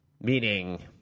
meaning